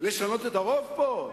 לשנות את הרוב פה?